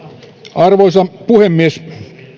arvoisa puhemies